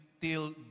till